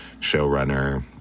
showrunner